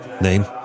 name